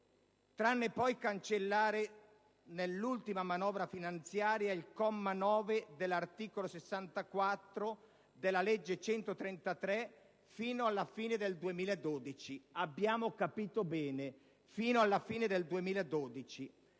tranne poi cancellare nell'ultima manovra finanziaria il comma 9 dell'articolo 64 della legge n. 133 del 2008 fino alla fine del 2012. Abbiamo capito bene: fino alla fine del 2012!